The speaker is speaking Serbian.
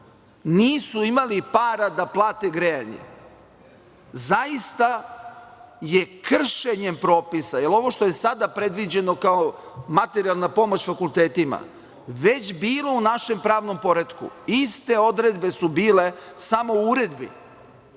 nisu imali para da plate grejanje. Zaista je kršenjem propisa, jer ovo što je sada predviđeno kao materijalna pomoć fakultetima već bilo u našem pravnom poretku, iste odredbe su bile, samo u uredbi,